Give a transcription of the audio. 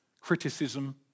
criticism